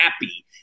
happy